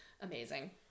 amazing